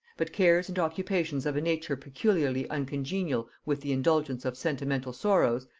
but cares and occupations of a nature peculiarly uncongenial with the indulgence of sentimental sorrows,